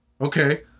Okay